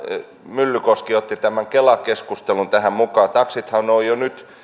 myllykoski otti kela keskustelun tähän mukaan että taksithan ovat jo nyt